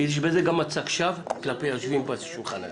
כי יש בזה מצג שווא כלפי היושבים סביב השולחן הזה.